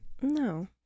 No